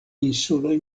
insuloj